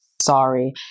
sorry